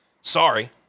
Sorry